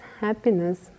happiness